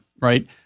right